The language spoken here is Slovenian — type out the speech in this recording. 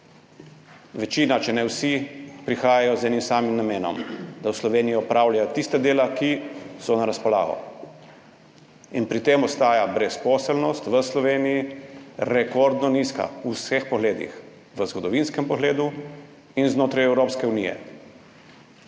Večina, če ne vsi, prihajajo z enim samim namenom, da v Sloveniji opravljajo tista dela, ki so na razpolago, in pri tem ostaja brezposelnost v Sloveniji rekordno nizka v vseh pogledih, v zgodovinskem pogledu in znotraj Evropske unije.